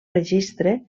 registre